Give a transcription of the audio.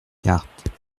cartes